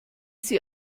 sie